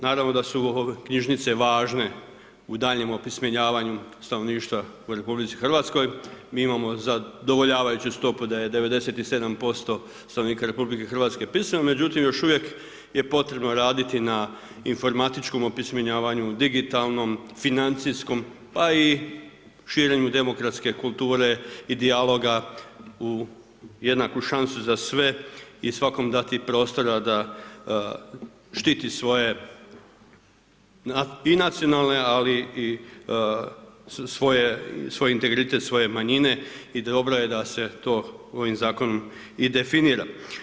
Naravno da su knjižnice važne u daljnjem opismenjavanju stanovništva u RH, mi imamo zadovoljavajuću stopu da je 97% stanovnika RH pismeno, međutim još uvijek je potrebno raditi na informatičkom opismenjavanju, digitalnom, financijskom, pa i širenju demokratske kulture i dijaloga u jednaku šansu za sve i svakom dati prostora da štiti svoje i nacionalne i svoje integritet svoje manjine i dobro je da se to ovim zakonom i definira.